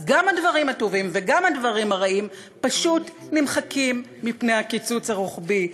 אז גם הדברים הטובים וגם הדברים הרעים פשוט נמחקים מפני הקיצוץ הרוחבי.